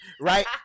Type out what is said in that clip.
Right